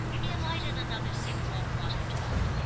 he had lighted another cigarette while he talked,